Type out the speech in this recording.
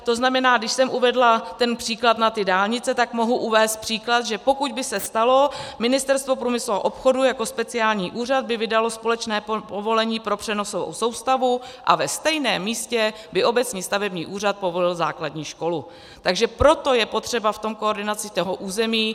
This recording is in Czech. To znamená, když jsem uvedla příklad na ty dálnice, tak mohu uvést příklad, že pokud by se stalo, že Ministerstvo průmyslu a obchodu jako speciální úřad by vydalo společné povolení pro přenosovou soustavu a ve stejném místě by obecní stavební úřad povolil základní školu, tak proto je potřeba koordinace toho území.